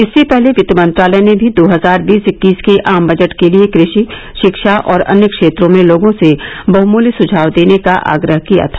इससे पहले वित्त मंत्रालय ने भी दो हजार बीस इक्कीस के आम बजट के लिए कृषि शिक्षा और अन्य क्षेत्रों में लोगों से बहमूल्य सुझाव देने का आग्रह किया था